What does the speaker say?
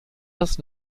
das